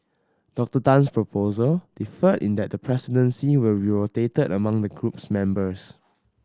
Doctor Tan's proposal differed in that the presidency will be rotated among the group's members